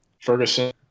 Ferguson